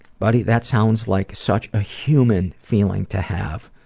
buddy that sounds like such a human feeling to have,